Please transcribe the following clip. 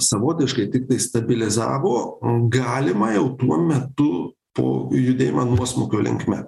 savotiškai tiktai stabilizavo galimą jau tuo metu po judėjimą nuosmukio linkme